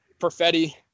Perfetti